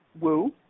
woo